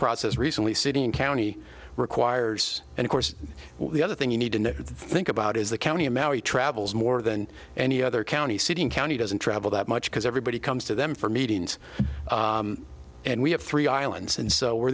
process recently city and county requires and of course the other thing you need to think about is the county of maori travels more than any other county city and county doesn't travel that much because everybody comes to them for meetings and we have three islands and so we're